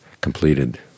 completed